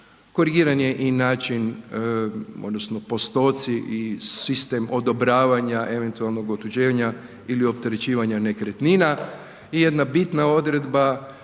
Korigiranje i način odnosno postoci i sistem odobravanja eventualnog otuđenja ili opterećivanja nekretnina i jedna bitna odredba